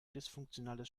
dysfunktionales